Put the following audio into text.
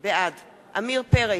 בעד עמיר פרץ,